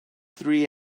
three